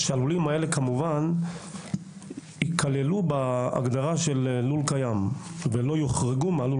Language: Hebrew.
הלולים האלה כמובן ייכללו בהגדרה של לול קיים אבל לא יוחרגו מלול